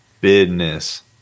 Business